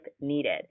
needed